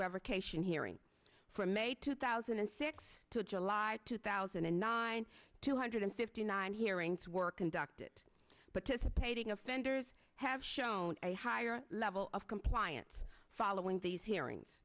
revocation hearing from may two thousand and six to july two thousand and nine two hundred fifty nine hearings were conducted but dissipating offenders have shown a higher level of compliance following these hearings